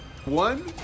One